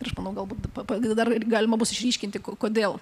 ir aš manau galbūt pa dar galima bus išryškinti kodėl